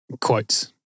quotes